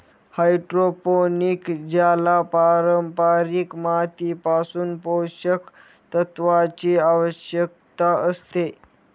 hydroponic ज्याला पारंपारिक मातीपासून पोषक तत्वांची आवश्यकता असते